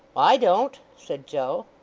i don't said joe.